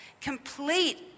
complete